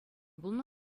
пулнӑ